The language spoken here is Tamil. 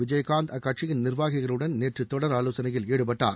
விஜயகாந்த் அக்கட்சியின் நிர்வாகிகளுடன் நேற்று தொடர் ஆலோசனையில் ஈடுபட்டார்